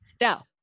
Now